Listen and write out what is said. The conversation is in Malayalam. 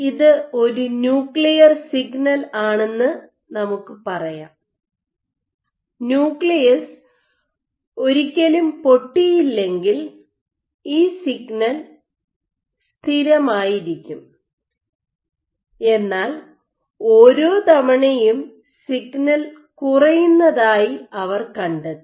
ഇത് ന്യൂക്ലിയർ സിഗ്നൽ ആണെന്ന് നമുക്ക് പറയാം ന്യൂക്ലിയസ് ഒരിക്കലും പൊട്ടിയില്ലെങ്കിൽ ഈ സിഗ്നൽ സ്ഥിരമായിരിക്കും എന്നാൽ ഓരോ തവണയും സിഗ്നൽ കുറയുന്നതായി അവർ കണ്ടെത്തി